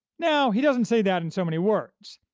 now, he doesn't say that in so many words,